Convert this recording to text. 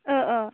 औ औ